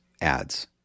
ads